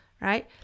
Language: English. right